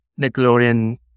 Nickelodeon